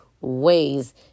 ways